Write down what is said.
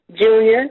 Junior